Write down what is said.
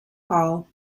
hall